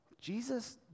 Jesus